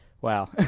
wow